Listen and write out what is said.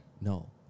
No